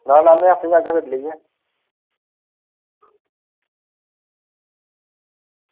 ना ना में आपें जाह्गा गड्डी लेइयै